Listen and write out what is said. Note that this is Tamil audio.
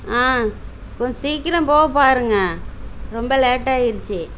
ஆ கொஞ்சம் சீக்கிரம் போக பாருங்க ரொம்ப லேட் ஆகிருச்சி